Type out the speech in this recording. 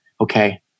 okay